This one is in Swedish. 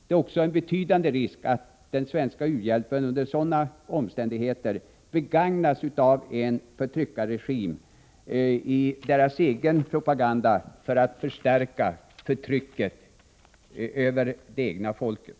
Det är också en betydande risk att den svenska u-hjälpen under sådana omständigheter av en förtryckarregim begagnas i deras propaganda för att förstärka förtrycket av det egna folket.